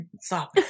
Stop